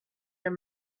your